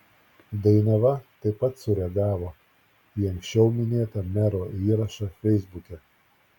dainava taip pat sureagavo į anksčiau minėtą mero įrašą feisbuke